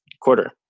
quarter